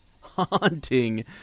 haunting